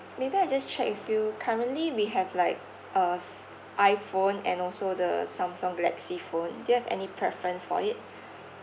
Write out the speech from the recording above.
maybe I just check with you currently we have like uh s~ iPhone and also the Samsung galaxy phone do you have any preference for it